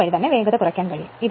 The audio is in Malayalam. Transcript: അതുവഴി വേഗത കുറയ്ക്കാൻ കഴിയും